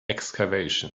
excavation